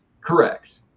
Correct